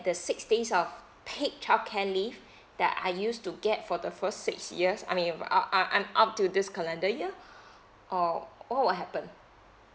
the six days of paid childcare leave that I used to get for the first six years I mean uh uh uh up to this calendar year or what will happen